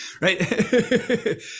Right